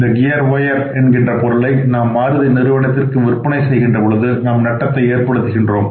இந்த gear wire பொருளை நாம் மாருதி நிறுவனத்திற்கு விற்பனை செய்கின்ற பொழுது நாம் நட்டத்தை ஏற்படுத்துகின்றோம்